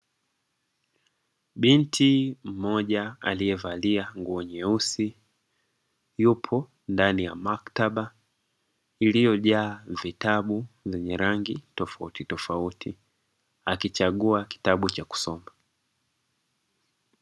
Binti mmoja aliyevaa nguo nyeusi yupo ndani ya maktaba iliyojaa vitabu vyenye rangi tofautitofauti, akichagua kitabu cha kusoma.